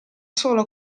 solo